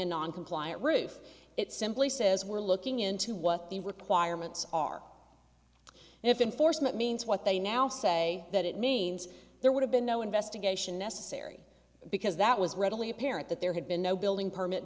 a non compliant roof it simply says we're looking into what the requirements are and if in force that means what they now say that it means there would have been no investigation necessary because that was readily apparent that there had been no building permit